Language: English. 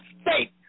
state